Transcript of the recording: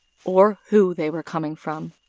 or who they were coming from.